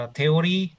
theory